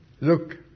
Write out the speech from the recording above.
look